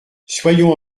soyons